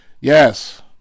Yes